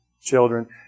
Children